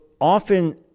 often